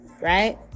Right